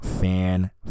fan